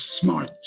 Smart